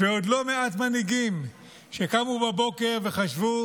ועוד לא מעט מנהיגים שקמו בבוקר וחשבו